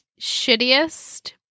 Shittiest